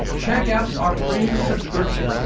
check out our premium subscription,